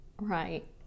right